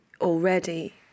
already